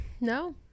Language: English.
No